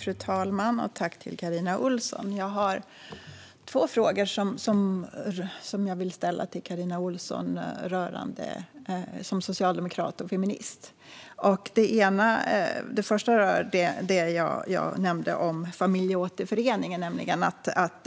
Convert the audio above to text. Fru talman! Tack, Carina Ohlsson! Jag har två frågor som jag vill ställa till Carina Ohlsson som socialdemokrat och feminist. Den första rör det jag nämnde om familjeåterförening, nämligen att